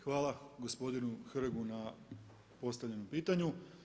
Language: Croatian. Hvala gospodinu Hrgu na postavljenom pitanju.